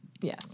Yes